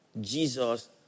Jesus